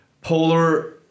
polar